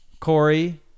Corey